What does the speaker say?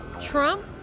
Trump